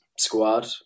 squad